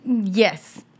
Yes